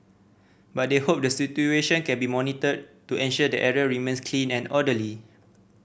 but they hope the situation can be monitored to ensure the area remains clean and orderly